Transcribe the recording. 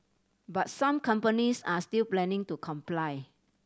but some companies are still planning to comply